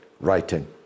writing